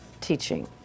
teaching